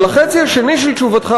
אבל החצי השני של תשובתך,